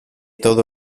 todo